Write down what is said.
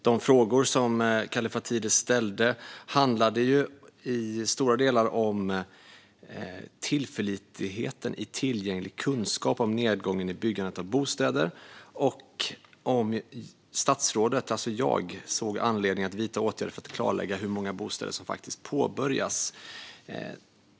De frågor som Kallifatides ställde handlade i stora drag om tillförlitligheten när det gäller tillgänglig kunskap om nedgången i byggandet av bostäder och om huruvida statsrådet, alltså jag, ser anledning att vidta åtgärder för att klarlägga hur många bostäder som faktiskt påbörjas.